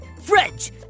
French